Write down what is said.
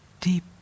deep